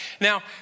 Now